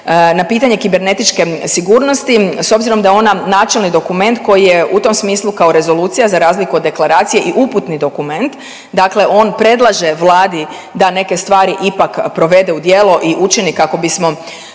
na pitanje kibernetičke sigurnosti, s obzirom da je ona načelni dokument koji je u tom smislu, kao rezolucija, za razliku od deklaracije i uputni dokument, dakle on predlaže Vladi da neke stvari ipak provede u djelo u učini kako bismo